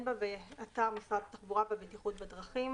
בה באתר משרד התחבורה והבטיחות בדרכים